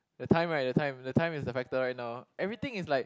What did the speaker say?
the time right the time the time is the factor right now everything is like